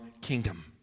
kingdom